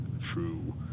true